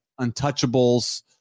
Untouchables